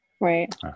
Right